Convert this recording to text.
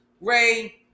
Ray